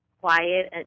quiet